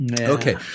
Okay